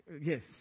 Yes